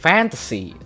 Fantasy